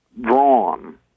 drawn